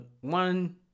One